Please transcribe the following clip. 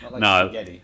No